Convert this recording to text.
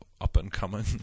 up-and-coming